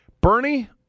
Bernie